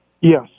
Yes